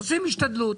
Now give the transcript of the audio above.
עושים השתדלות.